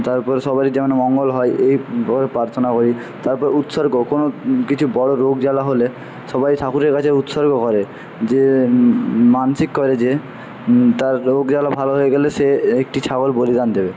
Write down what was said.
তারপর সবারই যেন মঙ্গল হয় এই ওই পার্থনা ওই তারপর উৎসর্গ কোনো কিছু বড়ো রোগ জ্বালা হলে সবাই ঠাকুরের কাছে উৎসর্গ করে যে মানসিক করে যে তার রোগ জ্বালা ভালো হয়ে গেলে সে একটি ছাগল বলিদান দেবে